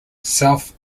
south